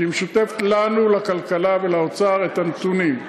שהיא משותפת לנו, לכלכלה ולאוצר, את הנתונים.